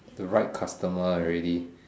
the right customer already